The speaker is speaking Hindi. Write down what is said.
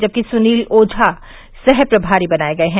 जबकि सुनील ओझा सहप्रभारी बनाये गये हैं